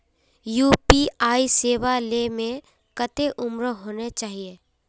UPI सेवा ले में कते उम्र होबे के चाहिए?